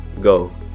Go